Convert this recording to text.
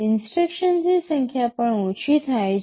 ઇન્સટ્રક્શન્સની સંખ્યા પણ ઓછી થાય છે